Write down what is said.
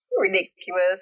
ridiculous